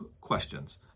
questions